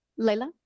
Layla